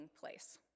place